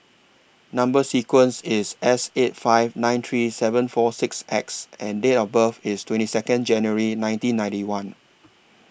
Number sequence IS S eight five nine three seven four six X and Date of birth IS twenty Second January nineteen ninety one